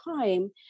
time